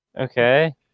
Okay